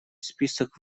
список